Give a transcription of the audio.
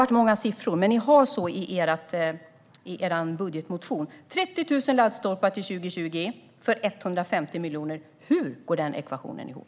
Det blev många siffror, men så står det i er budgetmotion: 30 000 laddstolpar till 2020 för 150 miljoner. Hur går den ekvationen ihop?